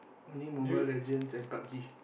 only Mobile-Legends and Pub-g